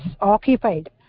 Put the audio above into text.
occupied